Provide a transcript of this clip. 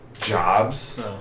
jobs